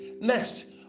Next